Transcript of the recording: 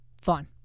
Fine